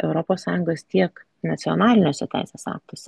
europos sąjungos tiek nacionaliniuose teisės aktuose